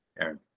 Aaron